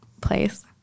place